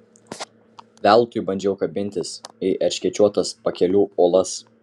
veltui bandžiau kabintis į erškėčiuotas pakelių uolas